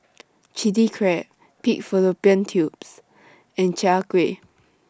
Chilli Crab Pig Fallopian Tubes and Chai Kueh